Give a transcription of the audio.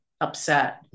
upset